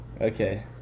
Okay